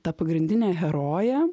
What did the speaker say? ta pagrindinė herojė